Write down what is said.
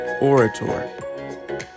orator